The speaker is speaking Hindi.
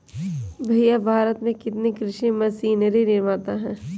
भैया भारत में कितने कृषि मशीनरी निर्माता है?